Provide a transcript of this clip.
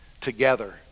together